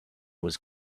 was